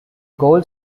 gold